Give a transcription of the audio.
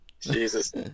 Jesus